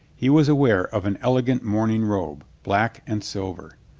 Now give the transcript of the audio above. he was aware of an elegant mourning robe, black and silver.